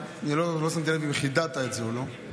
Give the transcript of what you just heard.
לא שמתי לב אם חידדת את זה או לא,